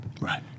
Right